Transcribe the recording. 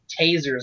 tasers